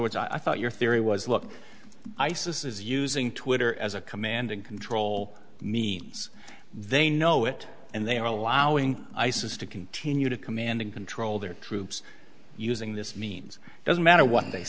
words i thought your theory was look isis is using twitter as a command and control means they know it and they are allowing isis to continue to command and control their troops using this means it doesn't matter what they